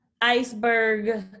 iceberg